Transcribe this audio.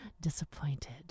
disappointed